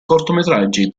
cortometraggi